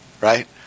right